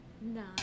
Nine